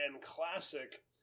classic